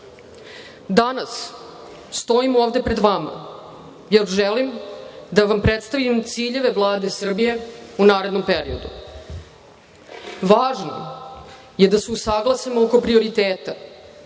danas stojim ovde pre dvama jer želim da vam predstavim ciljeve Vlade Srbije u narednom periodu. Važno je da se usaglasimo oko prioriteta